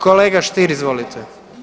Kolega Stier, izvolite.